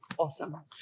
Awesome